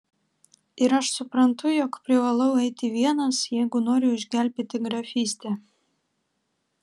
ir aš suprantu jog privalau eiti vienas jeigu noriu išgelbėti grafystę